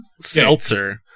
Seltzer